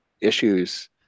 issues